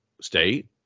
state